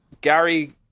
gary